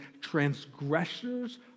transgressors